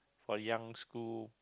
for young school